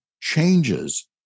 changes